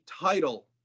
title